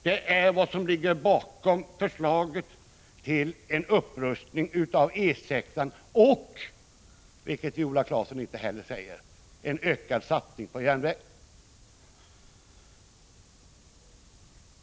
Det är detta som ligger bakom förslaget om en upprustning av E 6-an och, vilket inte Viola Claesson nämner, en ökad satsning på järnvägen.